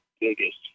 biggest